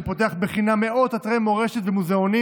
שפותח חינם מאות אתרי מורשת ומוזיאונים